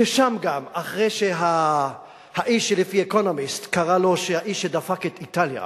ששם גם אחרי שהאיש שה"אקונומיסט" קרא לו "האיש שדפק את איטליה",